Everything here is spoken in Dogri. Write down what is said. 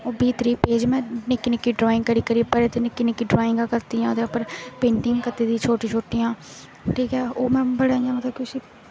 ओह् बीह् त्रीह् पेज में निक्की निक्की ड्राईंग करियै भरे दे ते निक्की निक्की ड्राईंगां कीती दियां ओह्दे उप्पर पेंटिंग कीती दियां शोटी शोटियां ठीक ऐ होर में बड़ा इ'यां किश